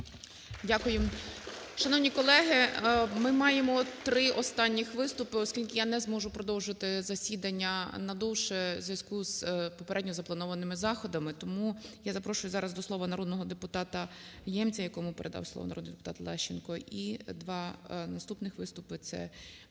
Дякую. Шановні колеги, ми маємо три останніх виступи, оскільки я не зможу продовжити засідання на довше в зв'язку з попередньо запланованими заходами. Тому я запрошую зараз до слова народного депутата Ємця, якому передав слово народний депутат Лещенко. І два наступних виступи – це